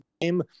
game